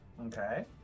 okay